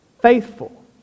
faithful